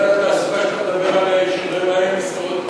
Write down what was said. אולי התעסוקה שאתה מדבר עליה היא של רבעי משרות?